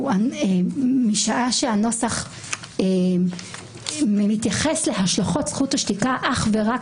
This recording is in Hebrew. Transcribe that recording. משעה שהנוסח מתייחס להשלכות זכות השתיקה אך ורק